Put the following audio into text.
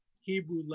Hebrew